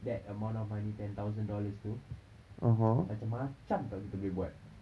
that amount of money ten thousand dollars tu macam-macam [tau] kita boleh buat